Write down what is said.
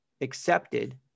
accepted